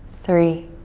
three,